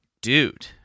dude